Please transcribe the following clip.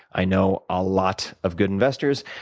i know a lot of good investors.